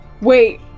Wait